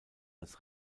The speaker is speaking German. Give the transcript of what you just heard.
als